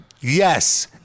yes